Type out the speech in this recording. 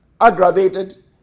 aggravated